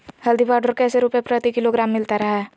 हल्दी पाउडर कैसे रुपए प्रति किलोग्राम मिलता रहा है?